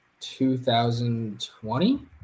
2020